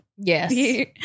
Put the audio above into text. Yes